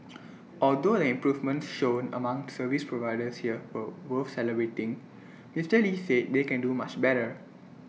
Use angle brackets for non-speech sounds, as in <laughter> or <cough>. <noise> although the improvements shown among service providers here were worth celebrating Mister lee said they can do much better